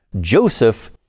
joseph